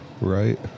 right